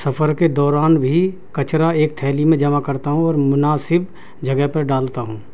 سفر کے دوران بھی کچرا ایک تھیلی میں جمع کرتا ہوں اور مناسب جگہ پر ڈالتا ہوں